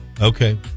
Okay